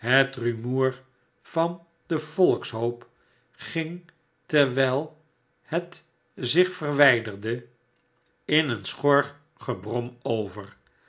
rumoer van den volkshoop ging terwijl het zich verwijderde in een schor gebrom over